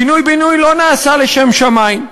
פינוי-בינוי לא נעשה לשם שמים.